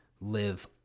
live